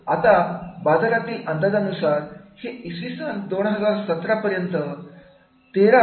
आता बाजारातील अंदाजानुसार हे इसवी सन 2017 पर्यंत 13